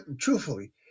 truthfully